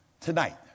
Tonight